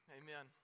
amen